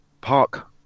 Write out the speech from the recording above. Park